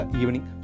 evening